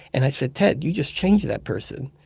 and i said, ted, you just changed that person.